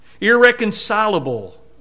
irreconcilable